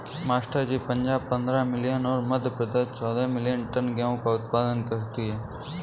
master ji Punjab पंद्रह million और मध्य प्रदेश चौदह मिलीयन टन गेहूं का उत्पादन करती है